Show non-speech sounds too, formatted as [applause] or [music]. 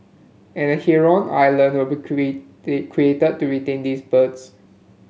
and a heron island will be [unintelligible] created to retain these birds